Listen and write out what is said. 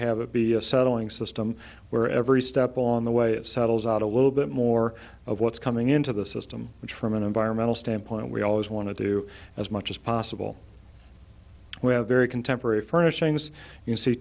have it be a settling system where every step along the way it settles out a little bit more of what's coming into the system which from an environmental standpoint we always want to do as much as possible we have very contemporary furnishings